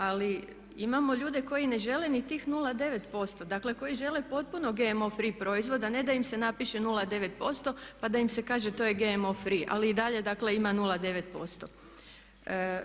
Ali imamo ljude koji ne žele ni tih 0,9%, dakle koji žele potpuno GMO free proizvod, a ne da im se napiše 0,9% pa da im se kaže to je GMO free, ali i dalje dakle ima 0,9%